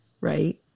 right